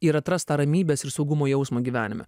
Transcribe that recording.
ir atrast tą ramybės ir saugumo jausmą gyvenime